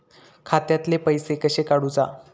खात्यातले पैसे कशे काडूचा?